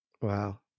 Wow